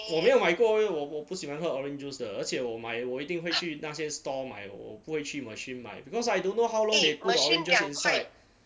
我没有买过因为我我不喜欢喝 orange juice 的而且我买我一定会去那些 stall 买我我不会去 machine 买 because I don't know how long they put the oranges inside